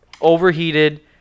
overheated